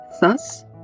Thus